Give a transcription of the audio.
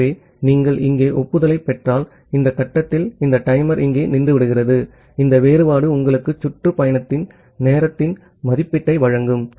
ஆகவே நீங்கள் இங்கே ஒப்புதலைப் பெற்றால் இந்த கட்டத்தில் இந்த டைமர் இங்கே நின்றுவிடுகிறது இந்த வேறுபாடு உங்களுக்கு சுற்று பயண நேரத்தின் மதிப்பீட்டை வழங்கும்